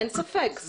אין ספק.